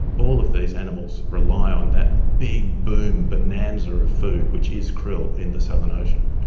all of these animals rely on that big boom bonanza of food which is krill in the southern ocean.